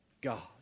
God